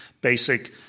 basic